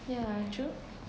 yeah true (uh huh)